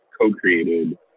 co-created